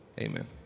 Amen